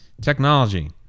technology